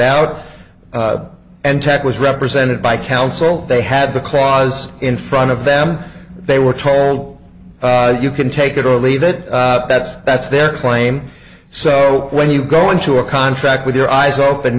tech was represented by counsel they had the clause in front of them they were told you can take it or leave it that's that's their claim so when you go into a contract with your eyes open